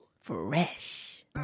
Fresh